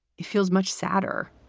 it feels much sadder